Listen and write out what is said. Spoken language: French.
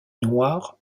noir